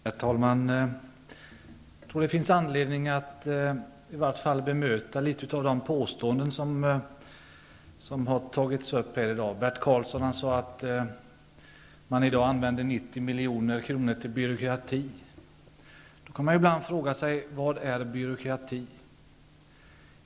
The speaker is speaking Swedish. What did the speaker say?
Herr talman! Jag tror att det finns anledning att bemöta några av de påståenden som har tagits upp här i dag. Bert Karlsson sade att man i dag använder 90 milj.kr. till byråkrati. Då kan man fråga sig vad som är byråkrati.